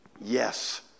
Yes